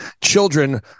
children